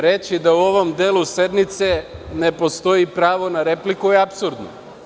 Reći da u ovom delu sednice ne postoji pravo na repliku je apsurdno.